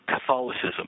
Catholicism